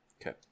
Okay